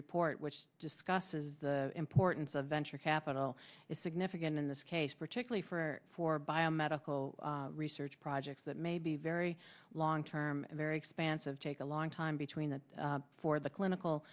report which discusses the importance of venture capital is significant in this case particularly for for biomedical research projects that may be very long term very expansive take a long time between that for the clinical